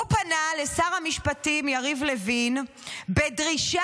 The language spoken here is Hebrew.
הוא פנה לשר המשפטים יריב לוין בדרישה